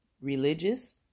religious